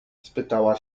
spytała